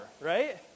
right